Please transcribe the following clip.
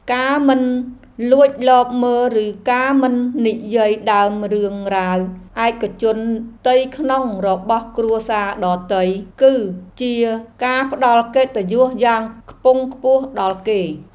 ការមិនលួចលបមើលឬការមិននិយាយដើមរឿងរ៉ាវឯកជនផ្ទៃក្នុងរបស់គ្រួសារដទៃ គឺជាការផ្តល់កិត្តិយសយ៉ាងខ្ពង់ខ្ពស់ដល់គេ។